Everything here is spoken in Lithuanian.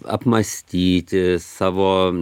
apmąstyti savo